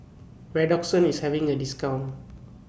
Redoxon IS having A discount